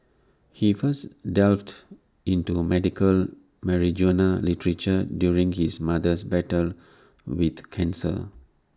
he first delved into medical marijuana literature during his mother's battle with cancer